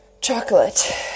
Chocolate